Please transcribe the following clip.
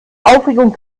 aufregung